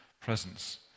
presence